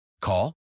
Call